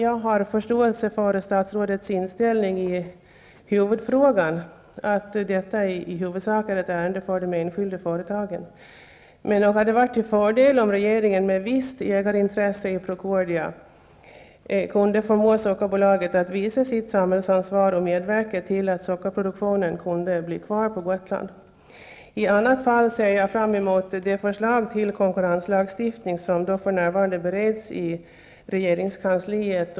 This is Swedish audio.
Jag har förståelse för statsrådets inställning i huvudfrågan, att detta i huvudsak är ett ärende för de enskilda företagen, men nog hade det varit till fördel om regeringen, med visst ägarintresse i Procordia, kunde förmå Sockerbolaget att visa sitt samhällsansvar och medverka till att sockerproduktionen kunde bli kvar på Gotland. I annat fall ser jag fram mot det förslag till konkurrenslagstiftning som för närvarande bereds i regeringskansliet.